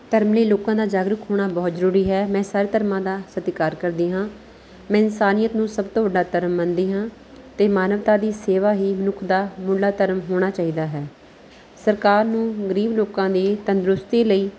ਧਰਮ ਲਈ ਲੋਕਾਂ ਦਾ ਜਾਗਰੂਕ ਹੋਣਾ ਬਹੁਤ ਜ਼ਰੂਰੀ ਹੈ ਮੈਂ ਸਾਰੇ ਧਰਮਾਂ ਦਾ ਸਤਿਕਾਰ ਕਰਦੀ ਹਾਂ ਮੈਂ ਇਨਸਾਨੀਅਤ ਨੂੰ ਸਭ ਤੋਂ ਵੱਡਾ ਧਰਮ ਮੰਨਦੀ ਹਾਂ ਅਤੇ ਮਾਨਵਤਾ ਦੀ ਸੇਵਾ ਹੀ ਮਨੁੱਖ ਦਾ ਮੁੱਢਲਾ ਧਰਮ ਹੋਣਾ ਚਾਹੀਦਾ ਹੈ ਸਰਕਾਰ ਨੂੰ ਗਰੀਬ ਲੋਕਾਂ ਦੀ ਤੰਦਰੁਸਤੀ ਲਈ